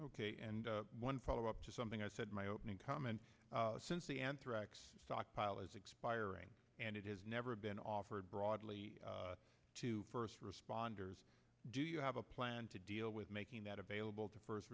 ok and one follow up to something i said my opening comment since the anthrax stockpile is expiring and it has never been offered broadly to first responders do you have a plan to deal with making that available to first